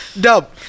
dub